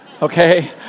Okay